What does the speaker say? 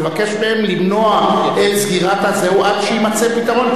ולבקש מהם למנוע את הסגירה עד שיימצא פתרון.